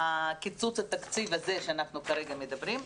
קיצוץ התקציב עליו אנחנו כרגע מדברים.